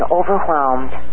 overwhelmed